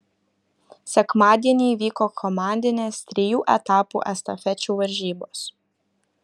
sekmadienį vyko komandinės trijų etapų estafečių varžybos